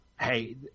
hey